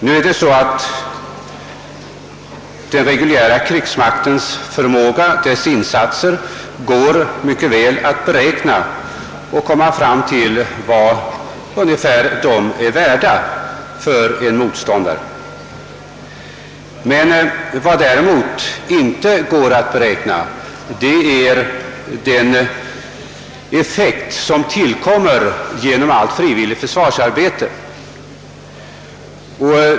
och insatser går mycket väl att mäta och beräkna; en motståndare kan alltså räkna fram en krigsmakts tekniska motståndskraft. Vad som däremot inte kan beräknas är den effekt som tillkommer genom frivilligt försvarsarbete.